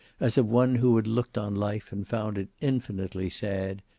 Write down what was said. as of one who had looked on life and found it infinitely sad,